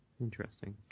Interesting